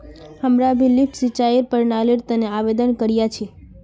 हमरा भी लिफ्ट सिंचाईर प्रणालीर तने आवेदन करिया छि